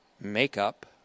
makeup